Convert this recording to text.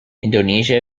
indonesia